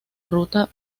ruta